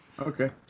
Okay